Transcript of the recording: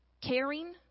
caring